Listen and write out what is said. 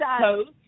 post